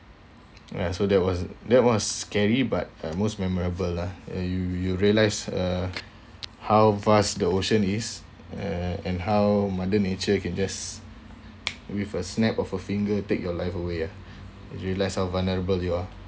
ya so that was that was scary but uh most memorable lah you you realise uh how vast the ocean is uh and how mother nature can just with a snap of a finger take your life away ah realise how vulnerable you are